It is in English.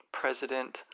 president